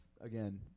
Again